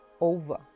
over